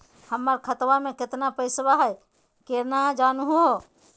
हमर खतवा मे केतना पैसवा हई, केना जानहु हो?